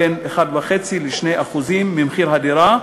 בין 1.5% ל-2% ממחיר הדירה,